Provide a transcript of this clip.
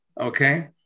okay